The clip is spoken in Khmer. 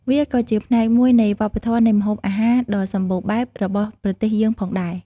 វាក៏ជាផ្នែកមួយនៃវប្បធម៌នៃម្ហូបអាហារដ៏សម្បូរបែបរបស់ប្រទេសយើងផងដែរ ។